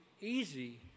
easy